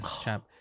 champ